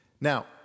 Now